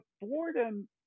boredom